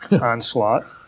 Onslaught